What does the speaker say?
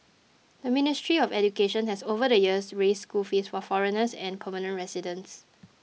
the ministry of education has over the years raised school fees for foreigners and permanent residents